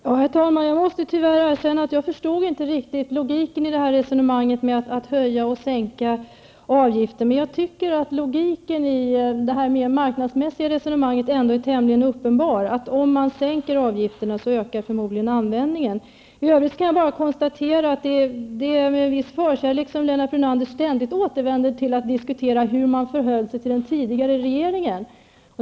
Herr talman! Jag måste tyvärr erkänna att jag inte riktigt förstod logiken i resonemanget om att höja och sänka avgifter. Jag tycker dock att logiken i det mera marknadsmässiga resonemanget är tämligen uppenbar. Om man sänker avgifterna ökar förmodligen användningen. I övrigt kan jag bara konstatera att Lennart Brunander med en viss förkärlek ständigt återvänder till att diskutera hur man förhöll sig till den tidigare regeringen.